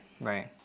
right